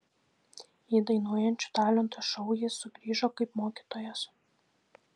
į dainuojančių talentų šou jis sugrįžo kaip mokytojas